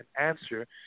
answer